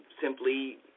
simply